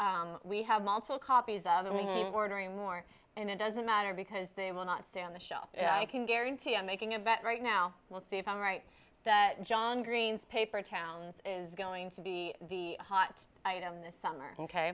that we have multiple copies of and ordering more and it doesn't matter because they will not stay on the shelf and i can guarantee i'm making event right now we'll see if i'm right that john green's paper towns is going to be the hot item this summer